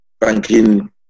banking